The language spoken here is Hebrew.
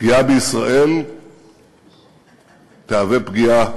פגיעה בישראל תהווה פגיעה,